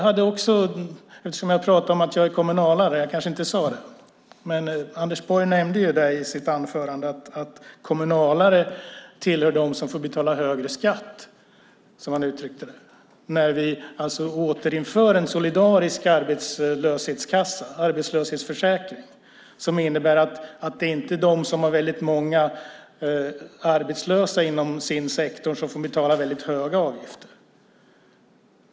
Jag kanske inte sade att jag är kommunalare, men Anders Borg nämnde i sitt anförande att kommunalare tillhör dem som får betala högre skatt när vi återinför en solidarisk arbetslöshetsförsäkring, som innebär att det inte är de som har många arbetslösa inom sin sektor som får betala väldigt höga avgifter.